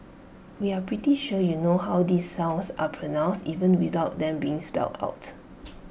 we are pretty sure you know how these sounds are pronounced even without them being spelled out